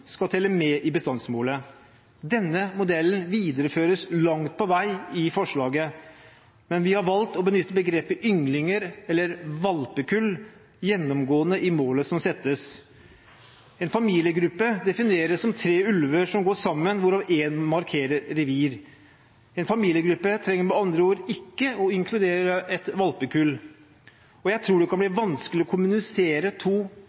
skal telle med i bestandsmålet. Denne modellen videreføres langt på vei i forslaget, men vi har valgt å benytte begrepet «ynglinger» eller «valpekull» gjennomgående i målet som settes. En familiegruppe defineres som tre ulver som går sammen, hvorav én markerer revir. En familiegruppe trenger med andre ord ikke å inkludere et valpekull, og jeg tror det kan bli vanskelig å kommunisere to